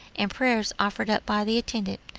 and prayers offered up by the intendant,